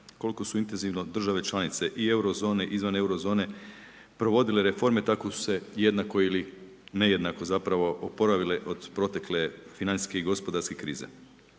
koliko su intenzivno države članove i euro zone i izvan euro zone provodile reforme, tako su se jednako ili nejednako zapravo oporavile od protekle financijske i gospodarske krize.